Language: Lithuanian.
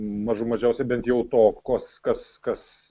mažų mažiausiai bent jau to kas kas kas